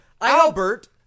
Albert